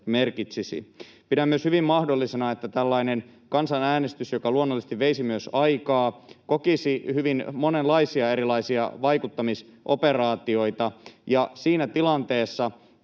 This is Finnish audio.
Pidän myös hyvin mahdollisena, että tällainen kansanäänestys, joka luonnollisesti veisi myös aikaa, kokisi hyvin monenlaisia erilaisia vaikuttamisoperaatioita. Ja siinä tilanteessa,